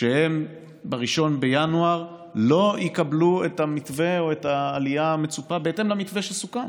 שב-1 בינואר הם לא יקבלו את ההעלאה המצופה בהתאם למתווה שסוכם.